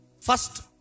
First